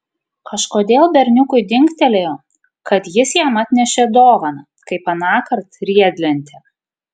kažkodėl berniukui dingtelėjo kad jis jam atnešė dovaną kaip anąkart riedlentę